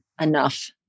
enough